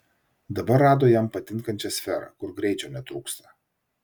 dabar rado jam patinkančią sferą kur greičio netrūksta